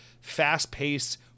fast-paced